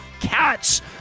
cats